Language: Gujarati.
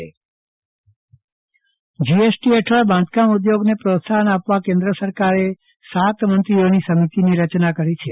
ચંદ્રવદન પદ્દણી બાંધકામ સમિતિ જીએસટી હેઠળ બાંધકામ ઉદ્યોગને પ્રોત્સાહન આપવા કેન્દ્ર સરકારે સાતે મંત્રીઓની સમિતિની રચના કરી છે